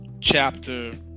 Chapter